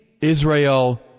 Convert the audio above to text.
Israel